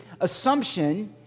assumption